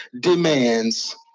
demands